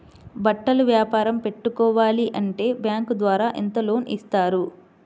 బట్టలు వ్యాపారం పెట్టుకోవాలి అంటే బ్యాంకు ద్వారా ఎంత లోన్ ఇస్తారు?